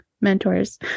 mentors